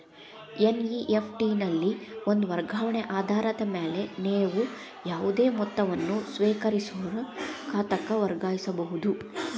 NEFT ನಲ್ಲಿ ಒಂದ ವರ್ಗಾವಣೆ ಆಧಾರದ ಮ್ಯಾಲೆ ನೇವು ಯಾವುದೇ ಮೊತ್ತವನ್ನ ಸ್ವೇಕರಿಸೋರ್ ಖಾತಾಕ್ಕ ವರ್ಗಾಯಿಸಬಹುದ್